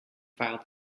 filed